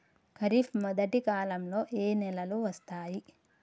ఖరీఫ్ మొదటి కాలంలో ఏ నెలలు వస్తాయి?